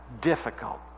difficult